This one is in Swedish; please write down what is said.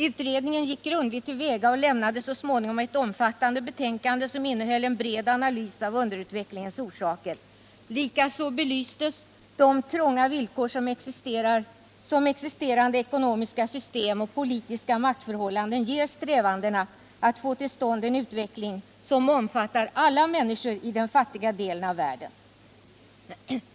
Utredningen gick grundligt till väga och lämnade så småningom ett omfattande betänkande som innehöll en bred analys av underutvecklingens orsaker. Likaså belystes de trånga villkor som existerande ekonomiska system och politiska maktförhållanden ger strävandena att få till stånd en utveckling som omfattar alla människor i den fattiga delen av världen.